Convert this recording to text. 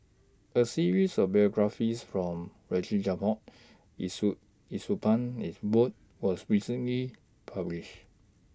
A series of biographies from Yee Siew Yee Siew Pun was recently published